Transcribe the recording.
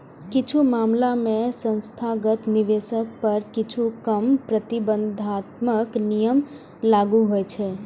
किछु मामला मे संस्थागत निवेशक पर किछु कम प्रतिबंधात्मक नियम लागू होइ छै